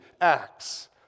acts